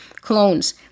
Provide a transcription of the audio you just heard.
clones